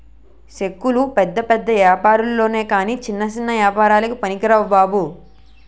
చెక్కులు పెద్ద పెద్ద ఏపారాల్లొనె కాని చిన్న చిన్న ఏపారాలకి పనికిరావు బాబు